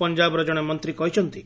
ପଞ୍ଜାବର ଜଣେ ମନ୍ତ୍ରୀ କହିଛନ୍ତି